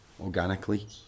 organically